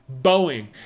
boeing